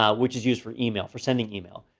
um which is used for email, for sending email.